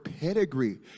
pedigree